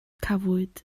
cafwyd